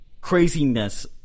craziness